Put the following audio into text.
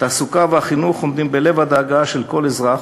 התעסוקה והחינוך עומדים בלב הדאגה של כל אזרח,